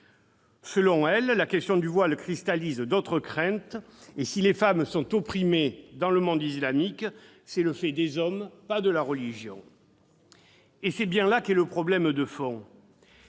Selon Mme Barlas, la question du voile cristallise d'autres craintes ; si les femmes sont opprimées dans le monde islamique, c'est le fait des hommes, pas de la religion. C'est bien là qu'est le problème de fond.